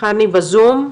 חני בזום.